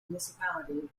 municipality